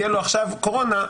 יהיה לו עכשיו קורונה,